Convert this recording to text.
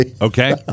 Okay